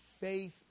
faith